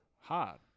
Hard